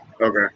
okay